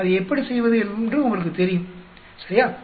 அதை எப்படி செய்வது என்று உங்களுக்குத் தெரியும் சரியா